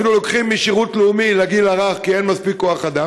אפילו לוקחים משירות לאומי לגיל הרך כי אין מספיק כוח אדם,